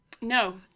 No